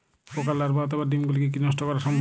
পোকার লার্ভা অথবা ডিম গুলিকে কী নষ্ট করা সম্ভব?